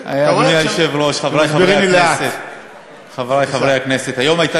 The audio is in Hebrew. אתה רואה, כשמסבירים לי לאט, אדוני היושב-ראש,